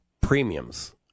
premiums